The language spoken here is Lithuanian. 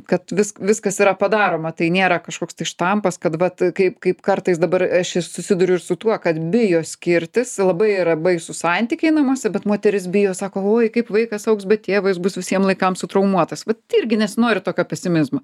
kad vis viskas yra padaroma tai nėra kažkoks tai štampas kad vat kaip kaip kartais dabar aš i susiduriu ir su tuo kad bijo skirtis labai yra baisūs santykiai namuose bet moteris bijo sako oi kaip vaikas augs be tėvo jis bus visiem laikam sutraumuotas vat irgi nesinori tokio pesimizmo